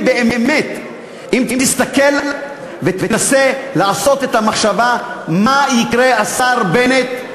אם תסתכל ותנסה לחשוב מה יקרה, השר בנט,